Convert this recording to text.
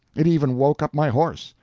it even woke up my horse.